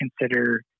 consider